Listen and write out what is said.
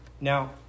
Now